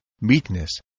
meekness